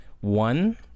One